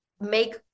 make